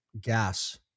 gas